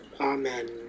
Amen